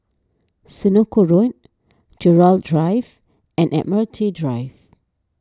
Senoko Road Gerald Drive and Admiralty Drive